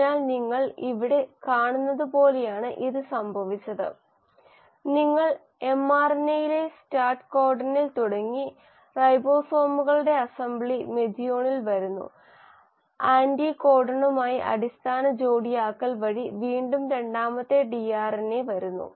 അതിനാൽ നിങ്ങൾ ഇവിടെ കാണുന്നത് പോലെയാണ് ഇത് സംഭവിച്ചത് നിങ്ങൾ mRNA യിലെ സ്റ്റാർട്ട് കോഡണിൽ തുടങ്ങി റൈബോസോമുകളുടെ അസംബ്ലി മെഥിയോണിൻ വരുന്നു ആന്റികോഡണുമായി അടിസ്ഥാന ജോടിയാക്കൽ വഴി വീണ്ടും രണ്ടാമത്തെ ടിആർഎൻഎ വരുന്നു